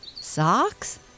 Socks